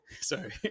Sorry